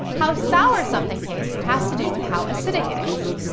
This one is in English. how sour something tastes has to do with how acidic it is.